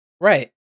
Right